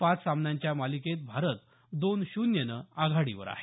पाच सामन्यांच्या मालिकेत भारत दोन शून्यनं आघाडीवर आहे